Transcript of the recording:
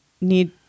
need